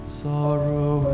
sorrow